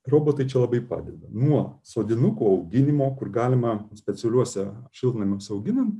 robotai čia labai padeda nuo sodinukų auginimo kur galima specialiuose šiltnamiuose auginant